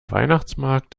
weihnachtsmarkt